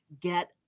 get